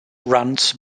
runs